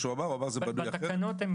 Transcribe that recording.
בתקנות.